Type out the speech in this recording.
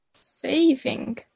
saving